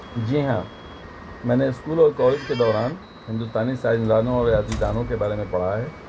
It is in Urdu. جی ہاں میں نے اسکول اور کالج کے دوران ہندوستانی سائنسدانوں اور ریاضی دانوں کے بارے میں پڑھا ہے